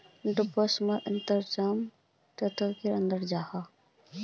Deposit आर investment तोत की अंतर जाहा?